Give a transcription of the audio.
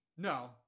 No